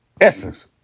essence